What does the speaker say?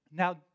Now